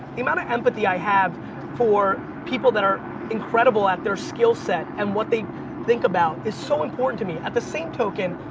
the amount of empathy i have for people that are incredible at their skillset and what they think about is so important to me. at the same token,